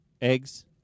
eggs